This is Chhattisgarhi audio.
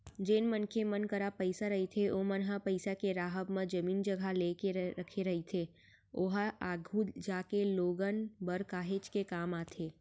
जेन मनखे मन करा पइसा रहिथे ओमन ह पइसा के राहब म जमीन जघा लेके रखे रहिथे ओहा आघु जागे लोगन बर काहेच के काम आथे